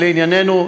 לענייננו,